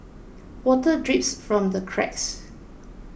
water drips from the cracks